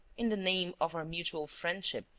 in the name of our mutual friendship,